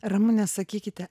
ramune sakykite